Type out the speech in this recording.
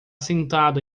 sentado